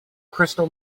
crystal